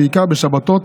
ובעיקר בשבתות,